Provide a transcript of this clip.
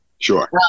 Sure